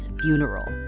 funeral